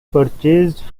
purchased